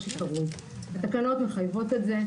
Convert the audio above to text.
התקנות מחייבות את זה.